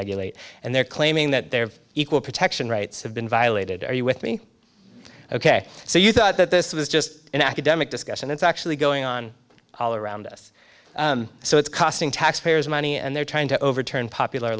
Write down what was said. regulate and they're claiming that they're equal protection rights have been violated are you with me ok so you thought that this was just an academic discussion it's actually going on all around us so it's costing taxpayers money and they're trying to overturn popular